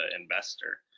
investor